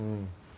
mm